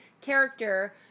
character